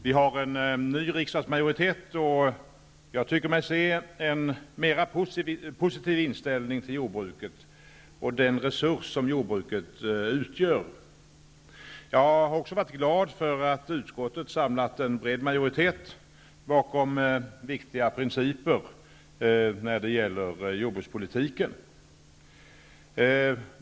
Vi har en ny riksdagsmajoritet, och jag tycker mig se en mera positiv inställning till jordbruket och den resurs som jordbruket utgör. Jag har också varit glad för att utskottet har samlat en bred majoritet bakom viktiga principer när det gäller jordbrukspolitiken.